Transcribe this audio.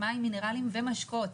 מים מינרליים ומשקאות,